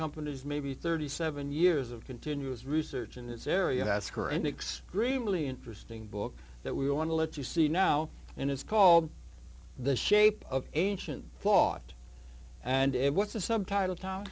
companies maybe thirty seven years of continuous research in this area has current next green really interesting book that we want to let you see now and it's called the shape of ancient flawed and what's the subtitle town